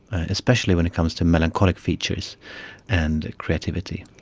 especially when it comes to melancholic features and creativity.